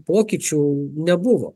pokyčių nebuvo